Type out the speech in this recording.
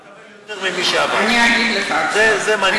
לא אגיד.